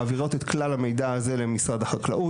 מעבירות את כלל המידע הזה למשרד החקלאות